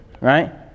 right